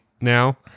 now